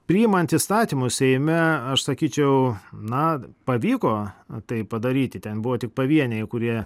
priimant įstatymus seime aš sakyčiau na pavyko tai padaryti ten buvo tik pavieniai kurie